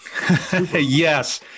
Yes